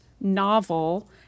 novel